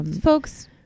Folks